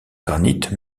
granite